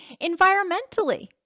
Environmentally